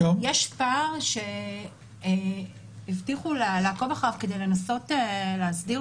יש פער שהבטיחו לעקוב אחריו כדי לנסות להסדיר